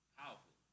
powerful